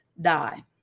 die